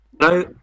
No